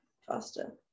faster